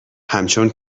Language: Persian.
همچون